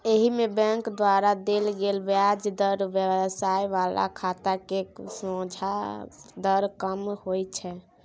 एहिमे बैंक द्वारा देल गेल ब्याज दर व्यवसाय बला खाता केर सोंझा दर कम होइ छै